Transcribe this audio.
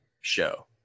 show